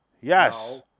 Yes